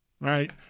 right